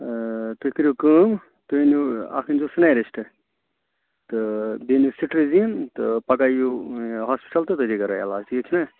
تُہۍ کٔرِو کٲم تُہۍ أنِو اَکھ أنۍ زیٚو سِنارِسٹہٕ تہٕ بیٚیہِ أنِو سِٹرِزیٖن تہٕ پگاہ یِیِو یہِ ہاسپِٹَل تہِ تٔتی کَرَو علاج ٹھیٖک چھُنا